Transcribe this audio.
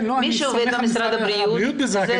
אני סומך על משרד הבריאות אבל אני